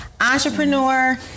entrepreneur